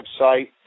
website